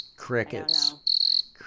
crickets